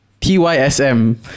T-Y-S-M